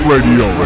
Radio